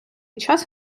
час